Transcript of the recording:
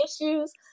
issues